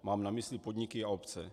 Mám na mysli podniky a obce.